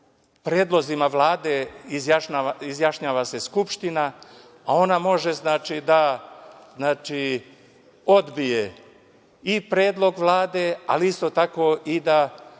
predlozima Vlade izjašnjava se Skupština, a ona može da odbije i predlog Vlade, ali isto tako i da